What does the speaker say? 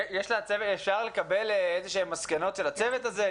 אפשר לקבל איזשהן מסקנות של הצוות הזה?